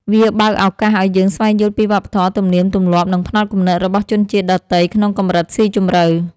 វាបើកឱកាសឱ្យយើងស្វែងយល់ពីវប្បធម៌ ទំនៀមទម្លាប់ និងផ្នត់គំនិតរបស់ជនជាតិដទៃក្នុងកម្រិតស៊ីជម្រៅ។